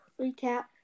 recap